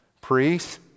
priests